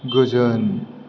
गोजोन